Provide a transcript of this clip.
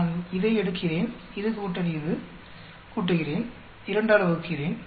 நான் இதை எடுக்கிறேன் இது கூட்டல் இது கூட்டுகிறேன் 2 ஆல் வகுக்கிறேன்